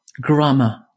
grammar